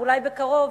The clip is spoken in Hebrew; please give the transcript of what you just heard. ואולי בקרוב,